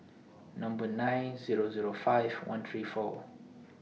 Number nine Zero Zero five one three four